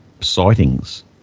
sightings